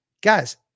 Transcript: Guys